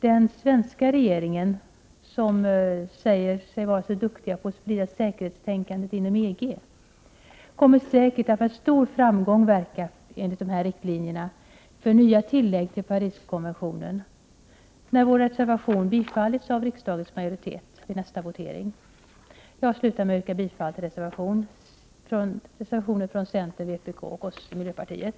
Den svenska regeringen, som påstår sig vara mycket duktig på att sprida svenskt säkerhetstänkande inom EG, kommer säkert att med stor framgång verka enligt dessa riktlinjer för nya tillägg till Pariskonventionen, när vår reservation bifallits av riksdagens majoritet vid nästa votering. Jag slutar med att yrka bifall till reservationen från centern, vpk och oss i miljöpartiet.